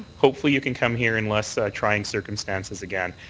hopefully you can come here in less trying circumstances again.